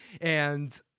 and-